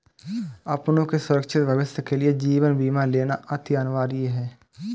अपनों के सुरक्षित भविष्य के लिए जीवन बीमा लेना अति अनिवार्य है